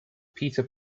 peter